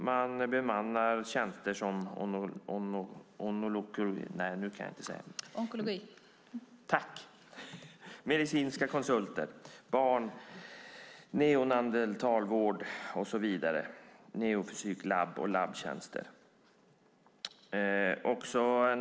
Man bemannar tjänster som onkologi, medicinska konsulter, barn och neonatalvård, neofysiklabb, labbtjänster och så vidare.